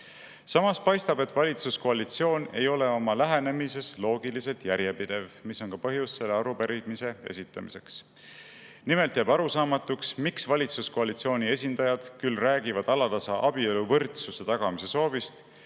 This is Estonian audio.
paistab, et valitsuskoalitsioon ei ole oma lähenemises loogiliselt järjepidev, mis on ka põhjus selle arupärimise esitamiseks. Nimelt jääb arusaamatuks, miks valitsuskoalitsiooni esindajad küll räägivad alatasa abieluvõrdsuse tagamise soovist,